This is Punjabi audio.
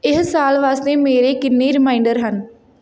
ਇਹ ਸਾਲ ਵਾਸਤੇ ਮੇਰੇ ਕਿੰਨੇ ਰੀਂਮਾਈਡਰ ਹਨ